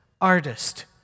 artist